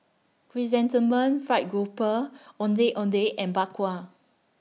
Chrysanthemum Fried Grouper Ondeh Ondeh and Bak Kwa